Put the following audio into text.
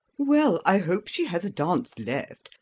well, i hope she has a dance left.